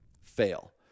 fail